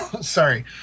sorry